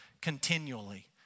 continually